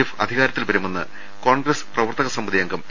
F അധികാരത്തിൽ വരുമെന്ന് കോൺഗ്രസ് പ്രവർത്തക സമിതി അംഗം എ